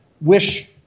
wish